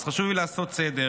אז חשוב לי לעשות סדר.